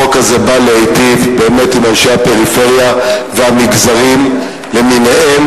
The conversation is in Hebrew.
החוק הזה בא להיטיב באמת עם אנשי הפריפריה והמגזרים למיניהם.